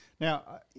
Now